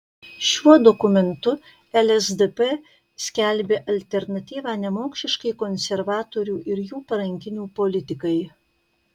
šiuo dokumentu lsdp skelbia alternatyvą nemokšiškai konservatorių ir jų parankinių politikai